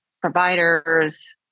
providers